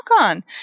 on